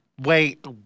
wait